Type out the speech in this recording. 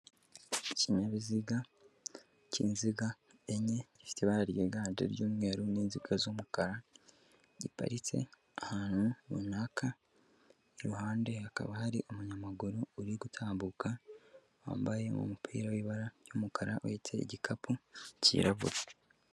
Ikinyabiziga k'inziga enye gifitebara ryiganje ry'umweru n'inziga z'umukara, giparitse ahantu runaka, iruhande hakaba hari umunyamaguru uri gutambuka, wambaye mu umupira w'ibara ry'umukara uhetse igikapu cyirabura.